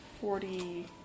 forty